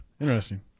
interesting